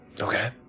okay